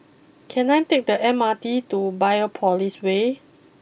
can I take the M R T to Biopolis way